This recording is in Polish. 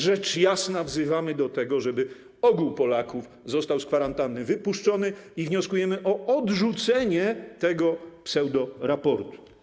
Rzecz jasna, wzywamy do tego, żeby ogół Polaków został z kwarantanny wypuszczony, i wnioskujemy o odrzucenie tego pseudoraportu.